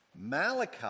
Malachi